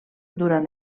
durant